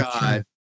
God